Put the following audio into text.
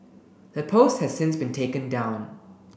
the post has since been taken down